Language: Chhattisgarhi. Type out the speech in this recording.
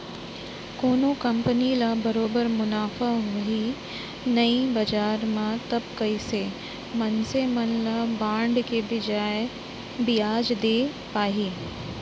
कोनो कंपनी ल बरोबर मुनाफा होही नइ बजार म तब कइसे मनसे मन ल बांड के बियाज दे पाही